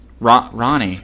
Ronnie